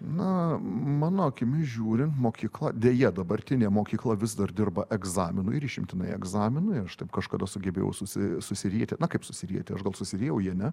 na mano akimis žiūrint mokykla deja dabartinė mokykla vis dar dirba egzaminui ir išimtinai egzaminui aš taip kažkada sugebėjau susi susirieti na kaip susirieti aš gal susiriejau jie ne